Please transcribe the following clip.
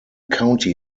county